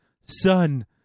son